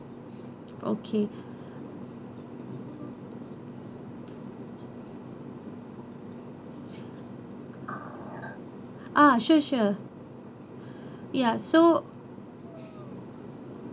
okay ah sure sure ya so